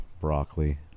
broccoli